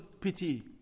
pity